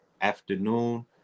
afternoon